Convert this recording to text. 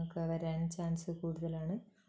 ഒക്കെ വരാൻ ചാൻസ് കൂടുതലാണ്